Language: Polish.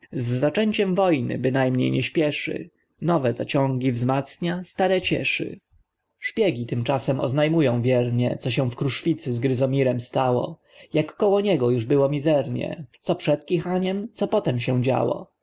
zaczęciem wojny bynajmniej nie śpieszy nowe zaciągi wzmacnia stare cieszy szpiegi tymczasem oznajmują wiernie co się w kruszwicy z gryzomirem stało jak koło niego już było mizernie co przed kichaniem co potem się działo